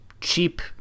cheap